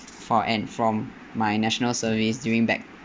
for N from my national service during back